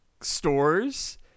stores